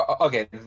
Okay